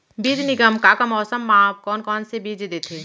बीज निगम का का मौसम मा, कौन कौन से बीज देथे?